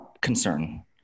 concern